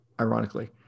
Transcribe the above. ironically